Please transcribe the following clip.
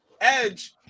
Edge